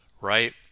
right